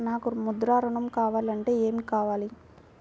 నాకు ముద్ర ఋణం కావాలంటే ఏమి కావాలి?